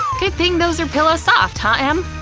good thing those are pillow soft, huh, em?